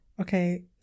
Okay